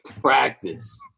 practice